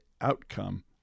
outcome